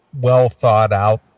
well-thought-out